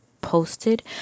posted